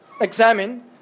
examine